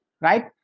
right